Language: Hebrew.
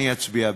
אני אצביע בעד.